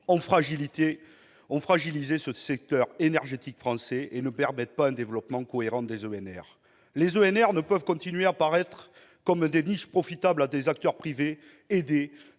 ont fragilisé le secteur énergétique français et ne permettent pas un développement cohérent des énergies renouvelables, ou ENR. Les ENR ne peuvent continuer à apparaître comme des niches profitables à des acteurs privés aidés